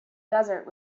desert